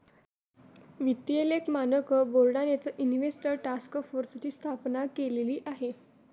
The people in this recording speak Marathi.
वित्तीय लेख मानक बोर्डानेच इन्व्हेस्टर टास्क फोर्सची स्थापना केलेली आहे